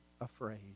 afraid